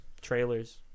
Trailers